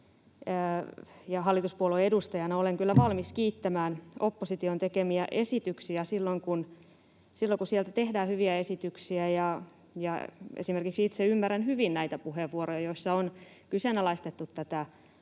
ja hallituspuolueen edustajana olen kyllä valmis kiittämään opposition tekemiä esityksiä silloin, kun sieltä tehdään hyviä esityksiä. Esimerkiksi itse ymmärrän hyvin näitä puheenvuoroja, joissa on kyseenalaistettu tätä